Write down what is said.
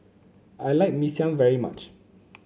I like Mee Siam very much